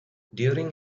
during